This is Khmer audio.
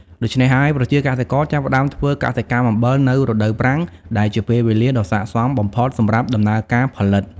ដូច្នេះហើយ ប្រជាកសិករចាប់ផ្ដើមធ្វើកសិកម្មអំបិលនៅរដូវប្រាំងដែលជាពេលវេលាដ៏ស័ក្តិសមបំផុតសម្រាប់ដំណើរការផលិត។